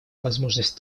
возможность